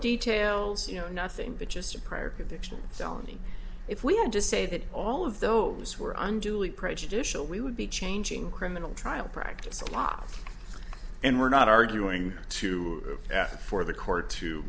details you know nothing but just a prior conviction sounding if we all just say that all of those were unduly prejudicial we would be changing criminal trial practice a lot and we're not arguing to ask for the court to